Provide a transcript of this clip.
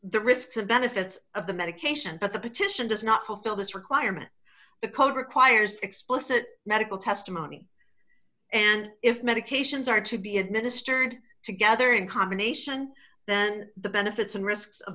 the risks and benefits of the medication but the petition does not fulfill this requirement the code requires explicit medical testimony and if medications are to be administered together in combination then the benefits and risks of